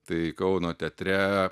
tai kauno teatre